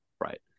right